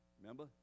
remember